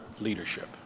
leadership